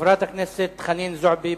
חברת הכנסת חנין זועבי,